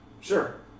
Sure